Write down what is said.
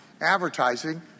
advertising